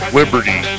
liberty